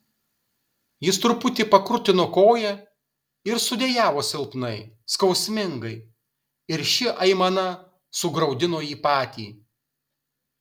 jis truputį pakrutino koją ir sudejavo silpnai skausmingai ir ši aimana sugraudino jį patį